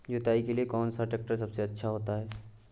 जुताई के लिए कौन सा ट्रैक्टर सबसे अच्छा होता है?